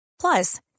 Plus